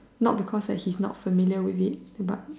not because like he's not familiar with it but